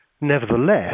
Nevertheless